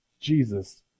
Jesus